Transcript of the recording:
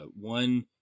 One